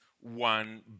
one